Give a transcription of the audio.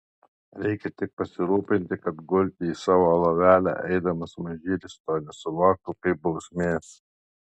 reikia tik pasirūpinti kad gulti į savo lovelę eidamas mažylis to nesuvoktų kaip bausmės